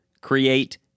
create